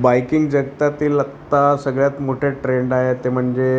biking जगतातील आत्ता सगळ्यात मोठ्या ट्रेंड आहे ते म्हणजे